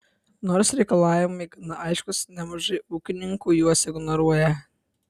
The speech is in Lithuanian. nors reikalavimai gana aiškūs nemažai ūkininkų juos ignoruoja